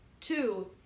two